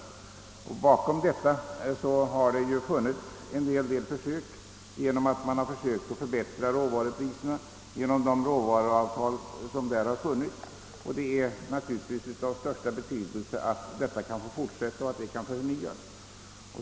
För att uppnå detta har man bl a. velat förbättra råvarupriserna genom särskilda råvaruavtal. Det är naturligtvis av största betydelse att försöken att få till stånd sådana fortsättes och förnyas.